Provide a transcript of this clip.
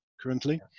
currently